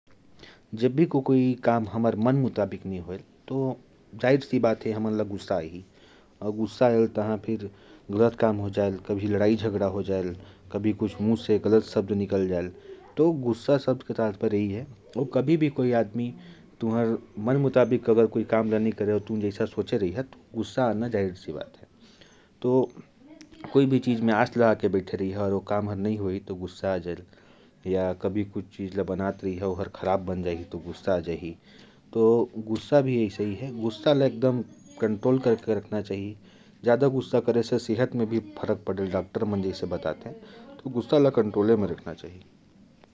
जब भी कोई काम हमारा मन मुताबिक नहीं होता, तो गुस्सा आता है। या कोई काम बिगड़ जाता है या गलत हो जाता है, तो भी गुस्सा आता है। गुस्से को कंट्रोल में रखना चाहिए और शांत दिमाग से काम लेना चाहिए। डॉक्टर ने भी कहा है कि गुस्से से बहुत सारी बीमारियों का खतरा रहता है।